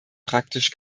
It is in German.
praktisch